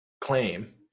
claim